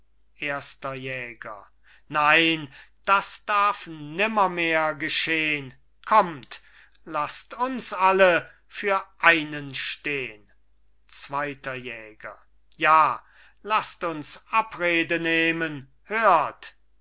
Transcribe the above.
erster jäger nein das darf nimmermehr geschehn kommt laßt uns alle für einen stehn zweiter jäger ja laßt uns abrede nehmen hört